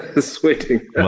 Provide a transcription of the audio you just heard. sweating